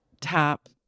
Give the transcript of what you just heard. tap